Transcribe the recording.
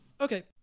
Okay